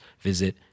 visit